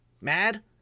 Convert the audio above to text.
mad